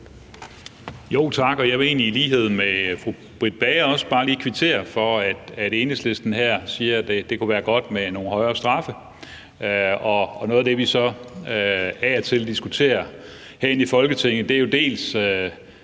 Tak. Jeg vil egentlig, i lighed med fru Britt Bager, bare lige kvittere for, at Enhedslisten her siger, at det kunne være godt med nogle højere straffe. Noget af det, vi så af og til diskuterer herinde i Folketinget, er jo dels,